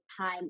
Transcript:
time